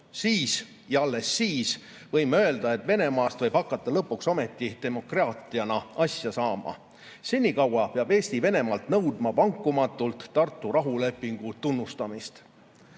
siis – ja alles siis –, võime öelda, et Venemaast võib hakata lõpuks ometi demokraatiana asja saama." Senikaua peab Eesti ise Venemaalt nõudma vankumatult Tartu rahulepingu tunnustamist.